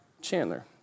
Chandler